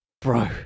bro